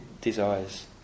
desires